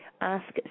Ask